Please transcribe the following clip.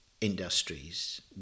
industries